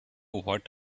what